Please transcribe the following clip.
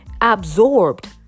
absorbed